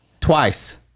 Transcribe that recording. twice